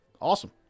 awesome